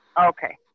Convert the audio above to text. Okay